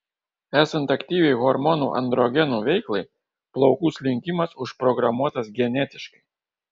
esant aktyviai hormonų androgenų veiklai plaukų slinkimas užprogramuotas genetiškai